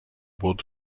wood